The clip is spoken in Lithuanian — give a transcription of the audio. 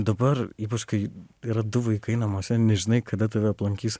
dabar ypač kai yra du vaikai namuose nežinai kada tave aplankys